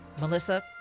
Melissa